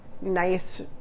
nice